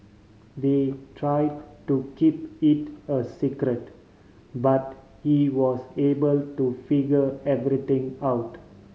they try to keep it a secret but he was able to figure everything out